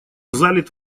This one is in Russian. залит